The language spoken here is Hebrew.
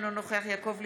אינו נוכח יעקב ליצמן,